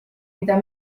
mida